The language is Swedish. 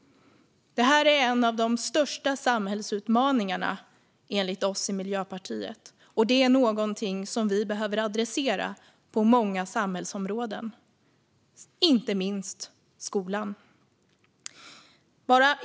Detta är en av de största samhällsutmaningarna enligt oss i Miljöpartiet, och det är något som vi behöver ta itu med på många samhällsområden, inte minst skolan.